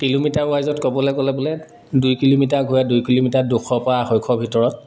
kilometre ৱাইজত ক'বলৈ গ'লে বোলে দুই কিলোমিটাৰ ঘূৰা দুই কিলোমিটাৰ দুশ পৰা আঢ়ৈশ ভিতৰত